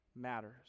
matters